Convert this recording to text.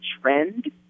trend